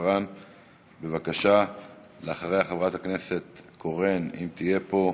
חוק ומשפט נתקבלה.